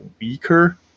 weaker